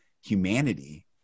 humanity